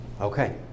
Okay